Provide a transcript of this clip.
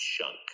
chunk